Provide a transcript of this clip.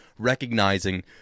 recognizing